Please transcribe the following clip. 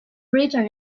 return